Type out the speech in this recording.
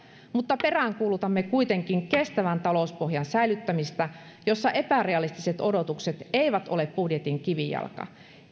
mutta peräänkuulutamme kuitenkin kestävän talouspohjan säilyttämistä jossa epärealistiset odotukset eivät ole budjetin kivijalka